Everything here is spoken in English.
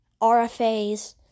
RFAs